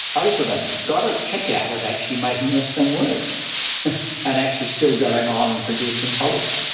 both of them got a kick out of actually making this thing work and actually still going on and producing policy.